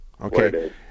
Okay